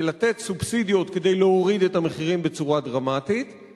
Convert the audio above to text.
זה לתת סובסידיות כדי להוריד את המחירים בצורה דרמטית,